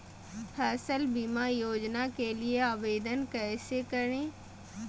फसल बीमा योजना के लिए आवेदन कैसे करें?